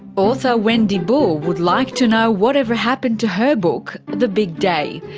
author wendy bull would like to know whatever happened to her book the big day.